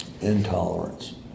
Intolerance